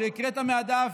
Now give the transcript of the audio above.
שהקראת מהדף,